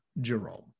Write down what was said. Jerome